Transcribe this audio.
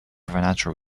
financial